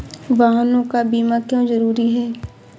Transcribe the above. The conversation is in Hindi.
वाहनों का बीमा क्यो जरूरी है?